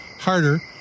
harder